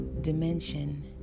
Dimension